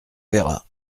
verra